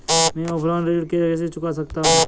मैं ऑफलाइन ऋण कैसे चुका सकता हूँ?